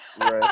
Right